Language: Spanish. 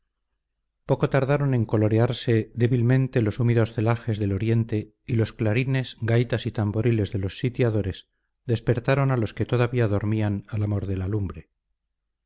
poco tardaron en colorearse débilmente los húmedos celajes del oriente y los clarines gaitas y tamboriles de los sitiadores despertaron a los que todavía dormían al amor de la lumbre